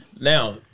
Now